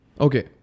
Okay